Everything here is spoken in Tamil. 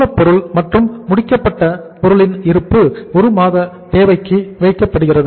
மூலப்பொருள் மற்றும் முடிக்கப்பட்ட பொருட்களின் இருப்பு 1 மாத தேவைக்கு வைக்கப்படுகிறது